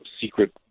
secret